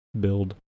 build